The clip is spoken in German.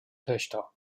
töchter